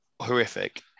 horrific